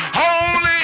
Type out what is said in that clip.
holy